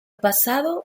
pasado